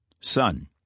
son